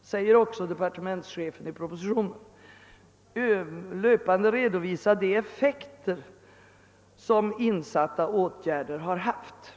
säger också departementschefen i propositionen — de effekter som insatta åtgärder har haft.